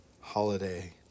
holiday